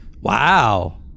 Wow